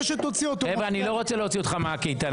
שתוציא אותו --- אני לא רוצה להוציא אותך מהקייטנה,